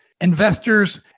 investors